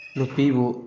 ꯅꯨꯄꯤꯕꯨ